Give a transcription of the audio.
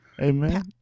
amen